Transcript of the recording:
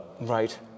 Right